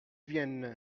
vienne